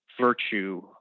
virtue